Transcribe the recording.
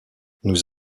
nous